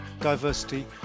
diversity